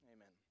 Amen